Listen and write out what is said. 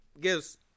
gives